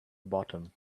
bottom